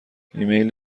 ایمیل